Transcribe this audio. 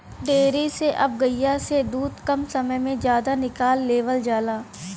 dairy से अब गइया से दूध कम समय में जादा निकाल लेवल जाला